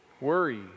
worry